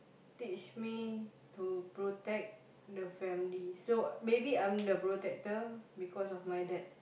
teach me to protect the family so maybe I'm the protector because of my dad